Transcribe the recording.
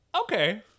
Okay